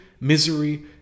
misery